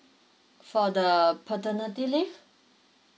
for the paternity leave